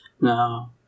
No